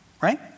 Right